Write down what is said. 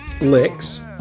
licks